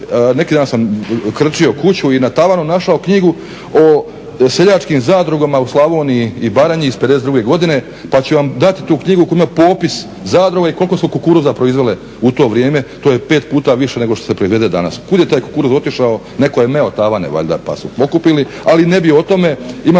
neki dan sam krčio kuću i na tavanu našao knjigu o seljačkim zadrugama u Slavoniji i Baranji iz '52. godine, pa ću vam dati tu knjigu u kojoj ima popis zadruga i koliko su kukuruza proizvele u to vrijeme. To je pet puta više nego što se proizvede danas. Kud je taj kukuruz otišao? Netko je meo tavane valjda pa su pokupili, ali ne bih o tome. Imam